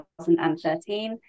2013